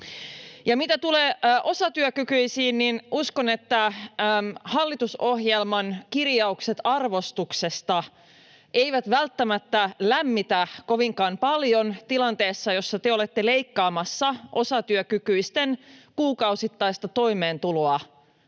mitä tulee osatyökykyisiin, niin uskon, että hallitusohjelman kirjaukset arvostuksesta eivät välttämättä lämmitä kovinkaan paljon tilanteessa, jossa te olette leikkaamassa osatyökykyisten kuukausittaista toimeentuloa